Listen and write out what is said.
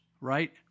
right